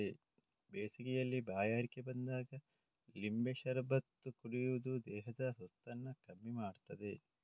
ಬೇಸಿಗೆಯಲ್ಲಿ ಬಾಯಾರಿಕೆ ಬಂದಾಗ ಲಿಂಬೆ ಶರಬತ್ತು ಕುಡಿಯುದು ದೇಹದ ಸುಸ್ತನ್ನ ಕಮ್ಮಿ ಮಾಡ್ತದೆ